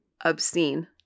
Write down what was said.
Obscene